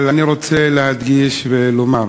אבל אני רוצה להדגיש ולומר